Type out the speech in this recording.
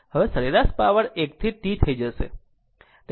હવે સરેરાશ પાવર 1 થી Tથઈ જશે